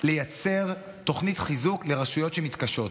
לייצר תוכנית חיזוק לרשויות שמתקשות.